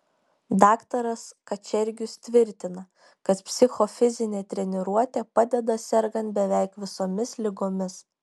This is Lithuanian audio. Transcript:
daktaras kačergius tvirtina kad psichofizinė treniruotė padeda sergant beveik visomis ligomis